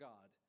God